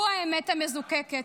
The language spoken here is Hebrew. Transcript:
הוא האמת המזוקקת.